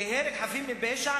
כי הרג חפים מפשע,